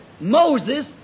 Moses